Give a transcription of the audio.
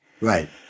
Right